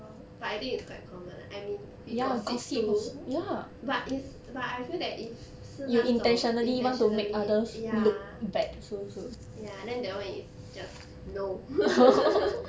but I think it's quite common I mean we gossip too but is but I feel that if 是那种 intentionally ya ya then that [one] is just no